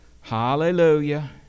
Hallelujah